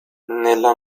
nella